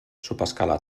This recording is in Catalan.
subescala